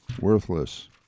worthless